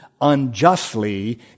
unjustly